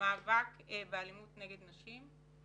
למאבק באלימות נגד נשים.